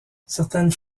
certaines